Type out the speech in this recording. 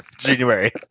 January